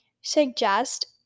suggest